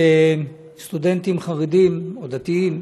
שסטודנטים חרדים, או דתיים,